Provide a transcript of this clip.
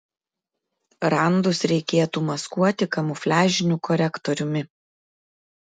randus reikėtų maskuoti kamufliažiniu korektoriumi